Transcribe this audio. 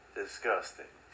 disgusting